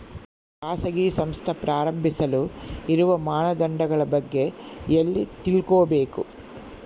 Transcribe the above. ಖಾಸಗಿ ಸಂಸ್ಥೆ ಪ್ರಾರಂಭಿಸಲು ಇರುವ ಮಾನದಂಡಗಳ ಬಗ್ಗೆ ಎಲ್ಲಿ ತಿಳ್ಕೊಬೇಕು?